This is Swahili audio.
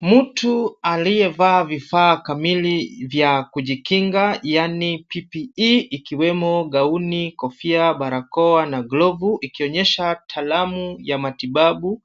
Mtu aliyevaa vifaa kamili vya kujikinga yaani PPE , ikiwemo gauni, kofia, barakoa na glovu ikionyesha talamu ya matibabu